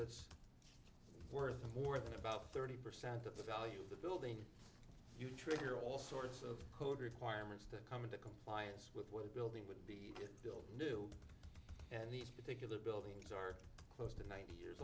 that's worth more than about thirty percent of the value of the building you trigger all sorts of code requirements that come into compliance with what the building would be built new and these particular buildings are close to ninety years